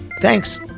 thanks